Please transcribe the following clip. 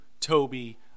Toby